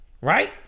Right